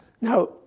Now